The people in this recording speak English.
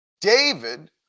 David